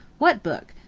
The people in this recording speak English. what book?